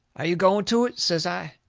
are you going to it? says i.